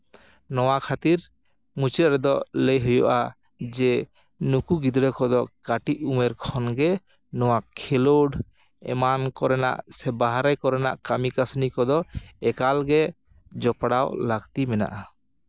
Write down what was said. ᱱᱚᱣᱟ ᱠᱷᱟᱹᱛᱤᱨ ᱢᱩᱪᱟᱹᱫ ᱨᱮᱫᱚ ᱞᱟᱹᱭ ᱦᱩᱭᱩᱜᱼᱟ ᱡᱮ ᱱᱩᱠᱩ ᱜᱤᱫᱽᱨᱟᱹ ᱠᱚᱫᱚ ᱠᱟᱹᱴᱤᱡ ᱩᱢᱮᱨ ᱠᱷᱚᱱᱜᱮ ᱱᱚᱣᱟ ᱠᱷᱮᱞᱳᱰ ᱮᱢᱟᱱ ᱠᱚᱨᱮᱱᱟᱜ ᱥᱮ ᱵᱟᱦᱨᱮ ᱠᱚᱨᱮᱱᱟᱜ ᱠᱟᱹᱢᱤ ᱠᱟᱹᱥᱱᱤ ᱠᱚᱫᱚ ᱮᱠᱟᱞᱜᱮ ᱡᱚᱯᱲᱟᱣ ᱞᱟᱹᱠᱛᱤ ᱢᱮᱱᱟᱜᱼᱟ